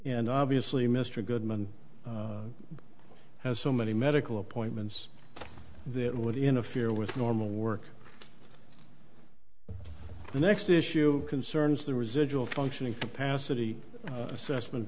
and obviously mr goodman has so many medical appointments that would interfere with normal work the next issue concerns the residual functioning to pass city assessment